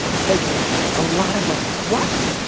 ah like a ah lot of like what.